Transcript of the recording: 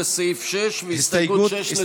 והסתייגות 6,